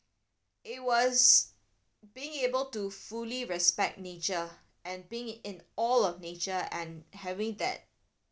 it was being able to fully respect nature and being in all of nature and having that